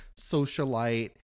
socialite